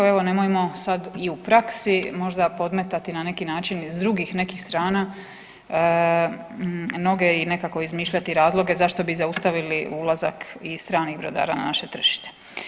Evo nemojmo sad i u praksi možda podmetati na neki način iz drugih nekih strana noge i nekako izmišljati razloge zašto bi zaustavili ulazak i stranih brodara na naše tržište.